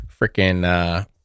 freaking